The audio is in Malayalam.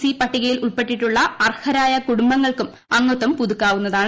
സി പട്ടികയിൽ ഉൾപ്പെട്ടിട്ടുള്ള അർഹരായ കുടുംബാംഗങ്ങൾക്കും അ അംഗത്വം പുതുക്കാവുന്നതാണ്